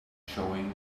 showing